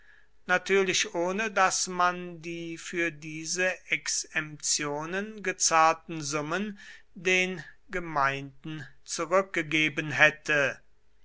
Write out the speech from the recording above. natürlich ohne daß man die für diese exemtionen gezahlten summen den gemeinden zurückgegeben hätte